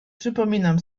przypominam